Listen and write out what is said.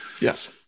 Yes